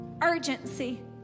Urgency